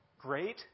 great